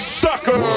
sucker